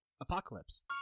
apocalypse